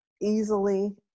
easily